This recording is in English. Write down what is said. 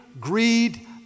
greed